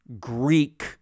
Greek